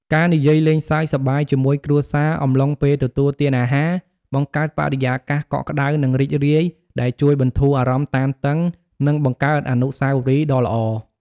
ការនិយាយលេងសើចសប្បាយជាមួយគ្រួសារអំឡុងពេលទទួលទានអាហារ បង្កើតបរិយាកាសកក់ក្តៅ និងរីករាយ ដែលជួយបន្ធូរអារម្មណ៍តានតឹង និងបង្កើតអនុស្សាវរីយ៍ដ៏ល្អ។